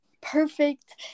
perfect